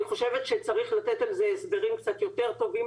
אני חושבת שצריך לתת על זה הסברים קצת יותר טובים,